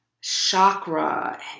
chakra